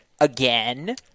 again